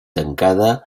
tancada